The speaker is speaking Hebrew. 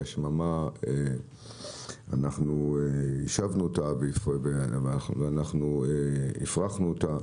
אנחנו יישבנו את השממה ואנחנו הפרחנו אותה.